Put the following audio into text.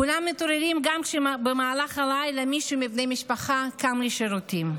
כולם מתעוררים גם כשבמהלך הלילה מישהו מבני המשפחה קם לשירותים.